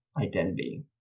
identity